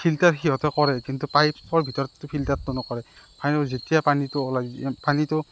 filter সিহঁতে কৰে কিন্তু পাইপৰ ভিতৰততো ফিল্টাৰতো নকৰে আৰু যেতিয়া পানীটো ওলায় পানীটো